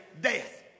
death